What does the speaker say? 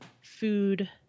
food